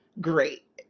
great